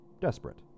desperate